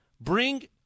Bring